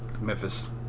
Memphis